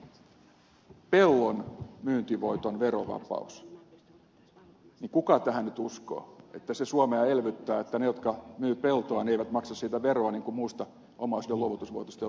jos nyt sanotaan että elvytystoimeksi listataan pellon myyntivoiton verovapaus niin kuka tähän nyt uskoo että suomea elvyttää se että he jotka myyvät peltoa eivät maksa siitä veroa niin kuin muusta omaisuuden luovutusvoitosta joutuu maksamaan